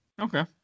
Okay